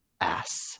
ass